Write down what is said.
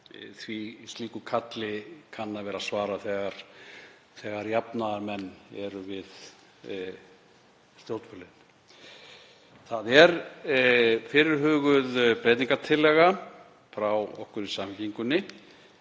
að slíku kalli kann að vera svarað þegar jafnaðarmenn eru við stjórnvölinn. Það er fyrirhuguð breytingartillaga frá okkur í Samfylkingunni,